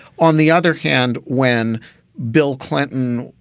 on the other hand, when bill clinton,